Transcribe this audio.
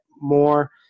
more –